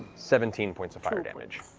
seventeen points of fire damage.